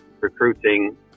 recruiting